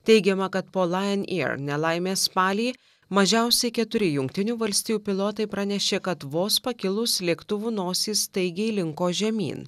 teigiama kad po lajon eir nelaimės spalį mažiausiai keturi jungtinių valstijų pilotai pranešė kad vos pakilus lėktuvų nosys staigiai linko žemyn